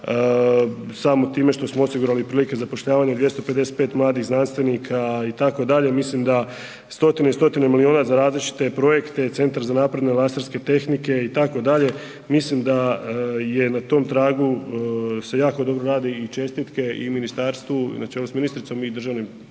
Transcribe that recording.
samo time što smo osigurali i prilike zapošljavanje 255 mladih znanstvenika itd. mislim da stotine i stotine milijuna za različite projekte i Centar za napredne laserske tehnike itd., mislim da je na tom tragu se jako dobro radi i čestitke ministarstvu na čelu s ministricom i državnim